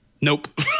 Nope